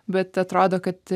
bet atrodo kad